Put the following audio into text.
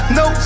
no